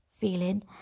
feeling